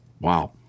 Wow